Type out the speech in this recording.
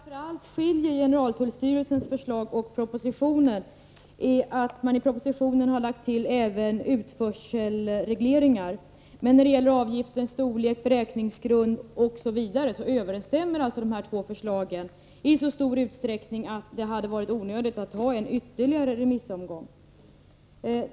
Herr talman! Skillnaden mellan generaltullstyrelsens förslag och propositionen är framför allt att man i propositionen har lagt till även utförselregleringar. Men när det gäller avgiftens storlek, beräkningsgrund osv. överensstämmer de här två förslagen i så stor utsträckning att det hade varit onödigt att ha en ytterligare remissomgång.